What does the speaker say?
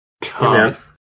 Tough